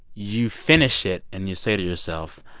you finish it and you say to yourself,